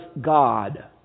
God